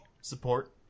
Support